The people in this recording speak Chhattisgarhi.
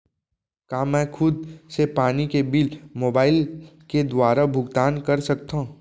का मैं खुद से पानी के बिल मोबाईल के दुवारा भुगतान कर सकथव?